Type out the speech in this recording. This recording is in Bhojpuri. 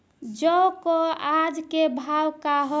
जौ क आज के भाव का ह?